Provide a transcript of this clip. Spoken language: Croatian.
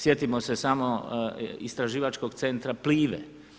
Sjetimo se samo istraživačkog centra Plive.